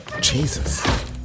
Jesus